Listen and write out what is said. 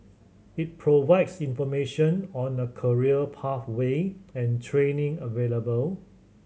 it provides information on a career pathway and training available